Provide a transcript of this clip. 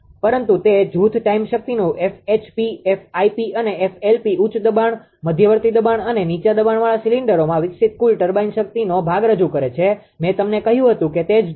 પરંતુ તે જૂથ ટાઇમ શક્તિનુંઅને ઉચ્ચ દબાણ મધ્યવર્તી દબાણ અને નીચા દબાણવાળા સિલિન્ડરોમાં વિકસિત કુલ ટર્બાઇન શક્તિનો ભાગ રજૂ કરે છે મેં તમને કહ્યું હતું તે જ જુઓ